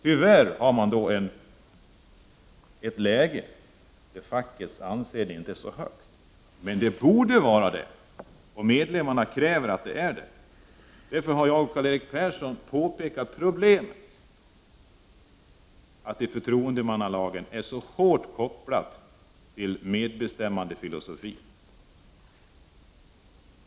Tyvärr har man då skapat ett läge där fackets anseende inte är så gott. Men det borde vara det, och medlemmarna kräver att det är det. Karl-Erik Persson och jag har påpekat problemet, att förtroendemannalagen är så hårt kopplad till medbestämmandefilosofin.